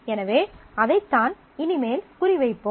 எனவே அதைத்தான் இனிமேல் குறிவைப்போம்